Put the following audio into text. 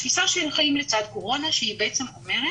אני חייב לציין שאחת לא בעיה,